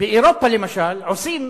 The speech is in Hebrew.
באירופה למשל עושים